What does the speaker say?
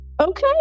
okay